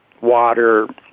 water